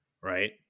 right